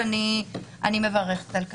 ואני מברכת על כך.